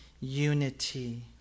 unity